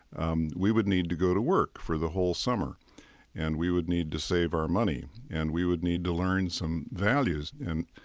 um we would need to go to work for the whole summer and we would need to save our money and we would need to learn some values. and,